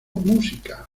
música